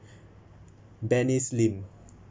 benice lim